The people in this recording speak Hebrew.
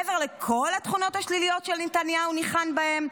מעבר לכל התכונות השליליות שנתניהו ניחן בהן,